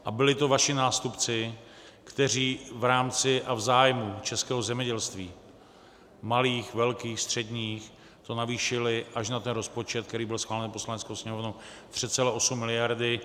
A byli to vaši nástupci, kteří v rámci a v zájmu českého zemědělství, malých, velkých, středních, to navýšili až na ten rozpočet, který byl schválen Poslaneckou sněmovnou, 3,8 miliardy.